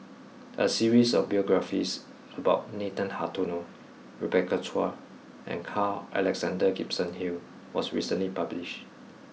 a series of biographies about Nathan Hartono Rebecca Chua and Carl Alexander Gibson Hill was recently published